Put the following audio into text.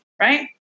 right